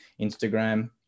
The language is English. instagram